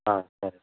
సరే